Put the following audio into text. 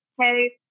Hey